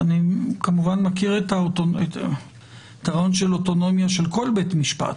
אני כמובן מכיר את הרעיון של האוטונומיה של כל בית המשפט,